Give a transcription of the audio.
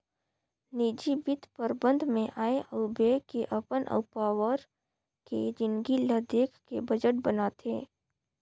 निजी बित्त परबंध मे आय अउ ब्यय के अपन अउ पावार के जिनगी ल देख के बजट बनाथे